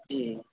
جی